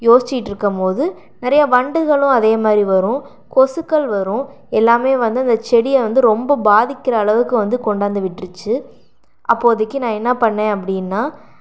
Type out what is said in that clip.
யோசித்திட்டு இருக்கும்போது நிறைய வண்டுகளும் அதே மாதிரி வரும் கொசுக்கள் வரும் எல்லாமே வந்து அந்த செடியை வந்து ரொம்ப பாதிக்கிற அளவுக்கு வந்து கொண்டந்து விட்டுடுச்சு அப்போதைக்கு நான் என்ன பண்ணேன் அப்படின்னால்